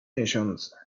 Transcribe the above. miesiące